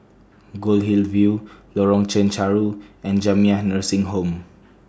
Goldhill View Lorong Chencharu and Jamiyah Nursing Home